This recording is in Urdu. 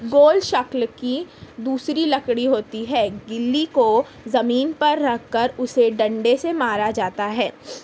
گول شکل کی دوسری لکڑی ہوتی ہے گلی کو زمین پر رکھ کر اسے ڈنڈے سے مارا جاتا ہے